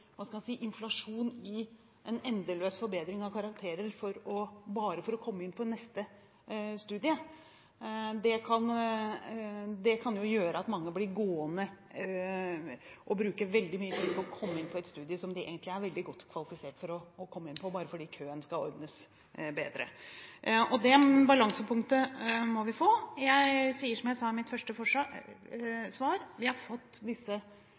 si – inflasjon i en endeløs forbedring av karakterer bare for å komme inn på neste studium. For det kan jo gjøre at mange bruker veldig mye tid på et studium som de egentlig er veldig godt kvalifisert for å komme inn på, bare fordi at køen skal ordnes bedre. Dette balansepunktet må vi få. Jeg sier som jeg sa i mitt første svar: Vi har nå fått